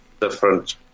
different